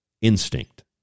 instinct